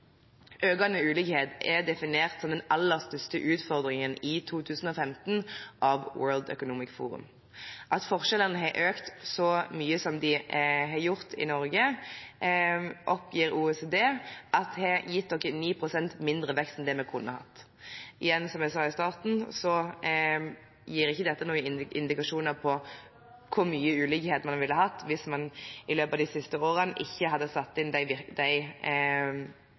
Økende ulikheter er av World Economic Forum definert som den aller største utfordringen i 2015. At forskjellene har økt så mye som de har gjort i Norge, oppgir OECD har gitt oss 9 pst. mindre vekst enn det vi kunne hatt. Som jeg sa i starten, gir ikke dette noen indikasjoner på hvor store ulikheter man ville hatt hvis man i løpet av de siste årene ikke hadde satt inn de